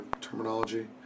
terminology